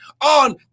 on